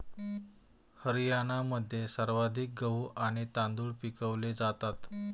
हरियाणामध्ये सर्वाधिक गहू आणि तांदूळ पिकवले जातात